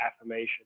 affirmation